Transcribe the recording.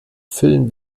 füllen